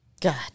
God